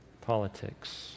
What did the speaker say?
politics